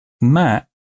Matt